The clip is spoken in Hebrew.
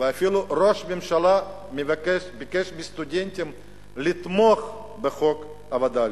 ואפילו ראש הממשלה ביקש מהסטודנטים לתמוך בחוק הווד”לים.